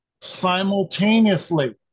simultaneously